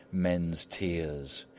men's tears.